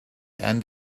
end